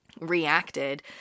reacted